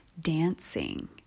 dancing